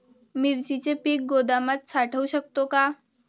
मिरचीचे पीक गोदामात साठवू शकतो का?